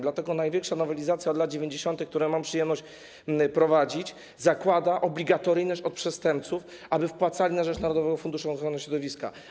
Dlatego największa nowelizacja od lat 90., którą mam przyjemność prowadzić, zakłada obligatoryjność wpłat od przestępców na rzecz Narodowego Funduszu Ochrony Środowiska.